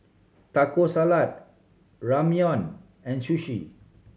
Taco Salad Ramyeon and Sushi